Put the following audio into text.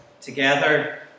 together